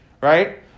right